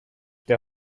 der